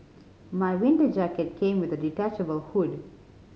my winter jacket came with a detachable hood